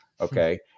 okay